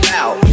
out